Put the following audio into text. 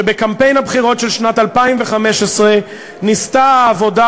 שבקמפיין הבחירות של שנת 2015 ניסתה העבודה